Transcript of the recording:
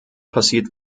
passiert